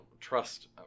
trust